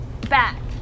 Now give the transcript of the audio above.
Back